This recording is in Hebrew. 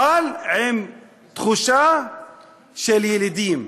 אבל עם תחושה של ילידים,